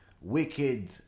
wicked